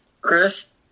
Chris